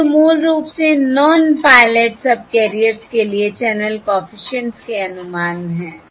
या जो मूल रूप से नॉन पायलट सबकैरियर्स subcarriers के लिए चैनल कॉफिशिएंट्स के अनुमान हैं